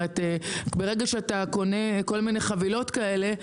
ברגע שאתה קונה כל מיני חבילות כאלה,